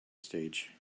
stage